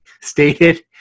stated